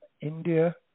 India